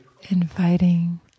inviting